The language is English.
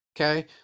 Okay